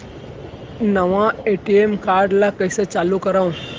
नवा ATM card ल कइसे चालू करव?